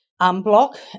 unblock